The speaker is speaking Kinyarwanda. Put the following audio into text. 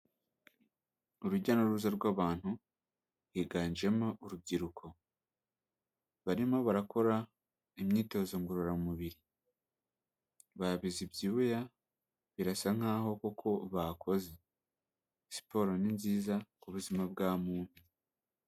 Urujya n'uruza rw'abantu, higanjemo urubyiruko. Barimo barakora imyitozo ngororamubiri. Babize ibyuya, birasa nk'aho koko bakoze. Siporo ni nziza ku buzima bwa muntu.